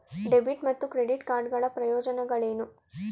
Debit ಮತ್ತು credit card ಗಳ ಪ್ರಯೋಜನಗಳೇನು?